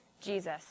Jesus